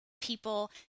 people